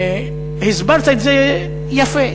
הסברת את זה יפה,